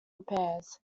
repairs